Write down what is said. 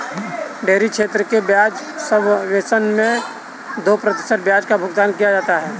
dairy क्षेत्र के ब्याज सबवेसन मैं दो प्रतिशत ब्याज का भुगतान किया जाता है